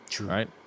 right